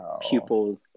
pupils